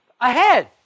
ahead